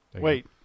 Wait